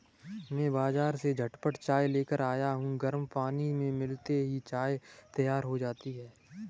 मैं बाजार से झटपट चाय लेकर आया हूं गर्म पानी में मिलाते ही चाय तैयार हो जाती है